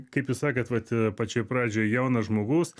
kaip jūs sakėt vat pačioj pradžioj jaunas žmogus